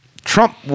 trump